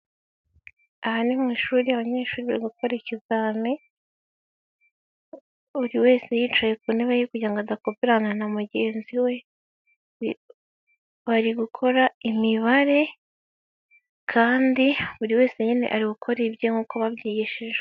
Aha ni mu ishuri abanyeshuri bari gukora ikizame, buri wese yicaye ku ntebe ye kugirango adaberana na mugenzi we, bari gukora imibare kandi buri wese nyine ari gukora ibye nkuko babyigishijwe.